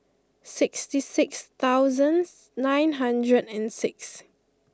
sixty six thousands nine hundred and six